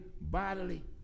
bodily